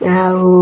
ଆଉ